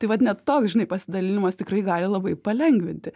tai vat net toks žinai pasidalinimas tikrai gali labai palengvinti